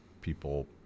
people